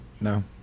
no